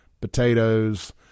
potatoes